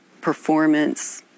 performance-